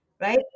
right